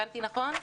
הבנתי נכון?